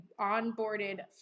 onboarded